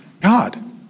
God